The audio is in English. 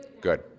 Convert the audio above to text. Good